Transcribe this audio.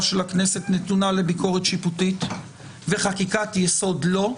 של הכנסת נתונה לביקורת שיפוטית וחקיקת יסוד לא,